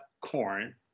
corn